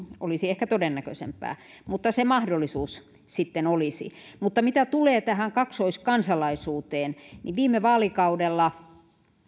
olisi ehkä todennäköisempää mutta se mahdollisuus sitten olisi mutta mitä tulee tähän kaksoiskansalaisuuteen niin viime vaalikaudella